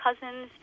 cousins